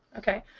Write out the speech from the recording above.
okay?